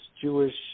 Jewish-